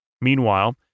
Meanwhile